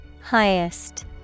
Highest